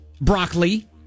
broccoli